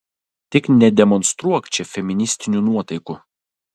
tik nedemonstruok čia feministinių nuotaikų